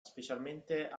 specialmente